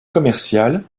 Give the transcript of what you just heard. commerciale